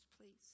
please